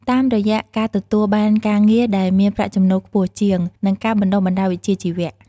តាមរយៈការទទួលបានការងារដែលមានប្រាក់ចំណូលខ្ពស់ជាង និងការបណ្ដុះបណ្ដាលវិជ្ជាជីវៈ។